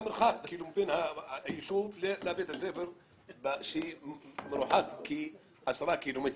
בית הספר מרוחק כ-10 ק"מ,